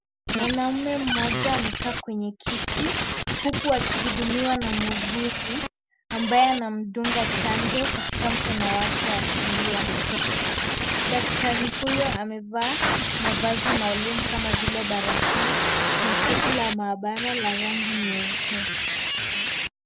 Mwanaune mmja amekaa kwenye kiti huku akihudumiwa na muuguzi ambaye anamdunga chanjo katika mkono wake wakulia. Daktari huyo amevaa mavasi maalum kama vile, barakoa na koti la maabara la rangi nyeupe.